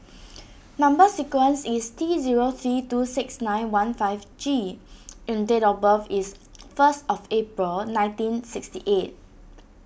Number Sequence is T zero three two six nine one five G and date of birth is first of April nineteen sixty eight